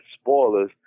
Spoilers